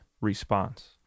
response